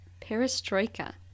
Perestroika